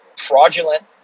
Fraudulent